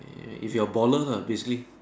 if you're a baller ah basically